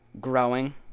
growing